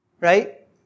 Right